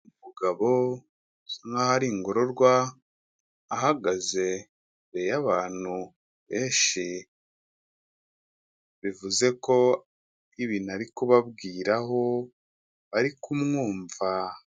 Umugabo usa naho ari ingorororwa ahagaze imbere y'abantu benshi, bivuze ko ibintu ari kubabwiraho bari kumwumva.